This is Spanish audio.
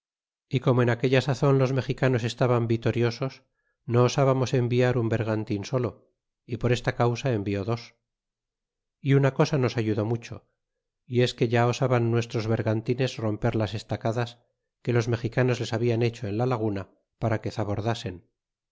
y como en aquella sazon los mexicanos estaban vitoriosos no osbamos enviar un bergantin solo y por eva causa envió dos y una cosa nos ayudó mucho y es que ya osaban nuestros bergantines romper las estacadas que los mexicanos les babian hecho en la laguna para que zabordasen